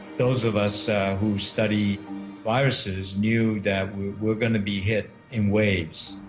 those of us who study viruses knew that we're gonna be hit in waves